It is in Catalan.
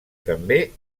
també